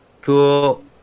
Cool